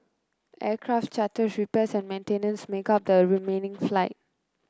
aircraft charters repairs and maintenance make up the remaining flight